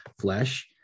flesh